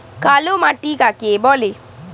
কালো মাটি কাকে বলে?